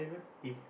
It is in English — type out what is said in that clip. if